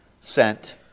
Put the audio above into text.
sent